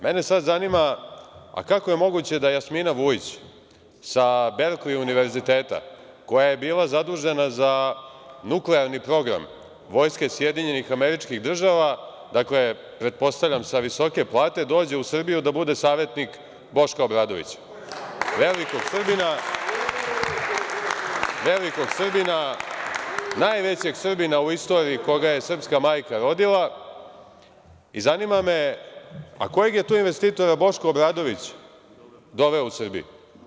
Mene sada zanima kako je moguće da je Jasmina Vujić, sa Berkli univerziteta, koja je bila zadužena za nuklearni program vojske SAD, dakle, pretpostavljam sa visoke plate, došla u Srbiju da bude savetnik Boška Obradovića, velikog Srbina, najvećeg Srbina u istoriji koga je srpska majka rodila, i zanima me kojeg je to investitora Boško Obradović doveo u Srbiju?